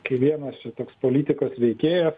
kai vienas čia toks politikos veikėjas